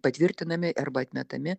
patvirtinami arba atmetami